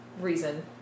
reason